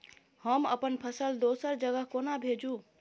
हम अप्पन फसल दोसर जगह कोना भेजू?